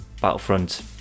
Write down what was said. Battlefront